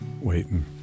waiting